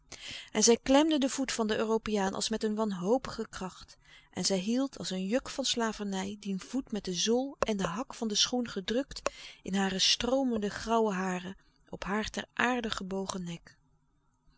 en zij klemde den voet van den europeaan als met een wanhopige kracht en zij hield als een juk van slavernij dien voet met de zool en de hak van den schoen gedrukt in hare stroomende grauwe haren op haar ter aarde gebogen nek